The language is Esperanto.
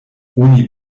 oni